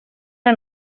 era